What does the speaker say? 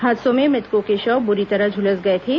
हादसे में मृतकों के शव बुरी तरह झुलस गए थे